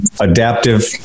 adaptive